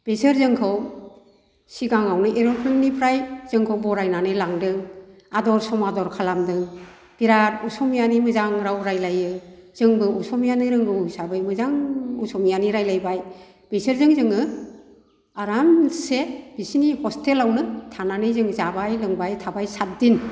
बिसोर जोंखौ सिगाङावनो एर'प्लेननिफ्राय जोंखौ बरायनानै लांदों आदर समादर खालामदों बिराद अस'मियानि मोजां राव रायलायो जोंनो अस'मियानि रोंगौ हिसाबै मोजां अस'मियानि रायलायबाय बिसोरजों जोङो आरामसे बिसिनि हस्टेलआवनो थानानै जों जाबाय लोंबाय थाबाय साथदिन